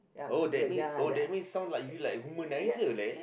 oh that mean oh that means sound like you like womanizer like that